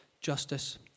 justice